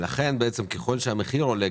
לכן ככל שהמחיר עולה,